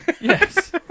Yes